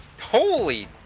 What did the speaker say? Holy